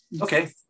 Okay